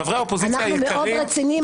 חברי האופוזיציה היקרים -- אנחנו מאוד רציניים.